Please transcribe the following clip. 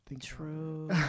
true